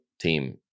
team